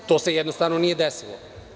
To se jednostavno nije desilo.